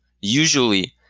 usually